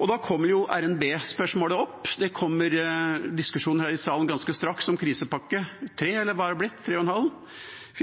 Og da kommer jo RNB-spørsmålet opp, det kommer ganske straks diskusjoner her i salen om krisepakke 3 – eller har det blitt 3,5